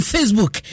Facebook